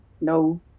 No